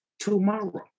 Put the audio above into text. tomorrow